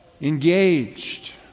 engaged